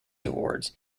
awards